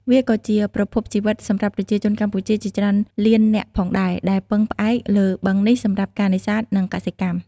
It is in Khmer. វាក៏ជាប្រភពជីវិតសម្រាប់ប្រជាជនកម្ពុជាជាច្រើនលាននាក់ផងដែរ ដែលពឹងផ្អែកលើបឹងនេះសម្រាប់ការនេសាទ និងកសិកម្ម។